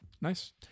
Nice